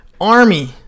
army